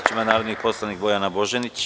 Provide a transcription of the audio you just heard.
Reč ima narodni poslanik Bojana Božanić.